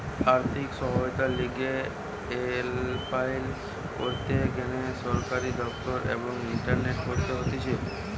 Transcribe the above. আর্থিক সহায়তার লিগে এপলাই করতে গ্যানে সরকারি দপ্তর এবং ইন্টারনেটে করতে হতিছে